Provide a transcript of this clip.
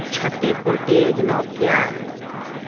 क्षतिपूरती योजना क्या हैं?